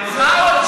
ראש